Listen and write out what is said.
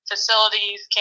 Facilities